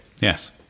Yes